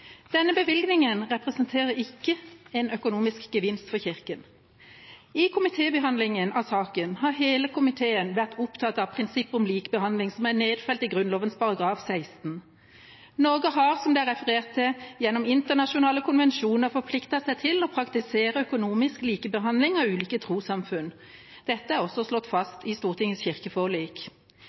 Denne bevilgningen representerer ikke en økonomisk gevinst for Kirken. Under komitébehandlingen av saken har hele komiteen vært opptatt av prinsippet om likebehandling, som er nedfelt i Grunnloven § 16. Norge har, som det er referert til, gjennom internasjonale konvensjoner forpliktet seg til å praktisere økonomisk likebehandling av ulike trossamfunn. Dette er også slått fast i Stortingets kirkeforlik.